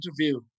interview